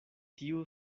tiu